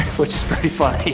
which is very funny.